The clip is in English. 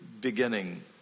beginning